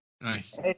Nice